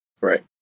Right